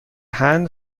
hand